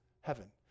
heaven